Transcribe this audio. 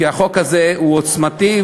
כי החוק הזה הוא עוצמתי,